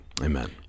Amen